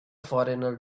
foreigner